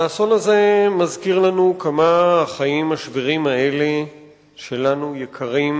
האסון הזה מזכיר לנו כמה החיים השבירים האלה שלנו יקרים,